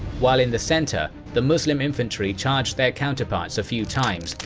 while in the center the muslim infantry charged their counterparts a few times,